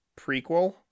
prequel